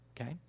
Okay